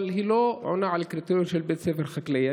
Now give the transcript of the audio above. אבל היא לא עונה על קריטריון של בית ספר חקלאי.